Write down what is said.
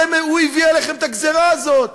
הוא הביא עליכם את הגזירה הזאת.